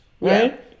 Right